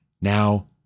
Now